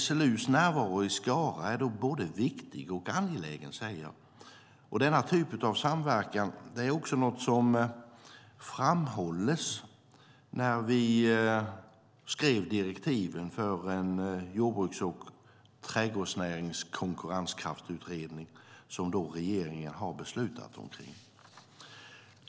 SLU:s närvaro i Skara är både viktig och angelägen. Denna typ av samverkan är något som framhölls när vi skrev direktiven för den utredning om jordbruks och trädgårdsnäringens konkurrenskraft som regeringen har beslutat om.